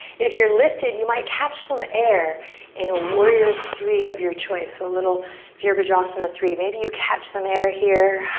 if you're lifted you might catch some air in a warrior three of your choice. a little virabhadrasana three. maybe you catch some air here.